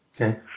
Okay